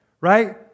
right